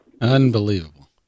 Unbelievable